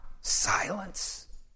silence